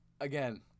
again